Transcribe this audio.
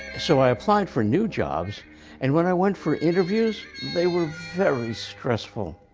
so i applied for new jobs and when i went for interviews, they were very stressful.